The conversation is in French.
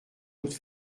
doute